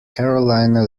carolina